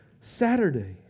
Saturday